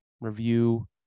review